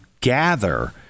gather